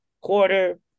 quarter